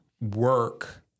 work